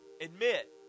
Admit